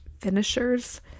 finishers